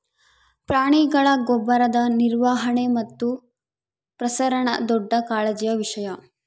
ಪ್ರಾಣಿಗಳ ಗೊಬ್ಬರದ ನಿರ್ವಹಣೆ ಮತ್ತು ಪ್ರಸರಣ ದೊಡ್ಡ ಕಾಳಜಿಯ ವಿಷಯ